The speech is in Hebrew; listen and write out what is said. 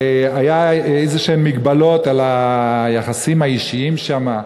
היו מגבלות על היחסים האישיים שם.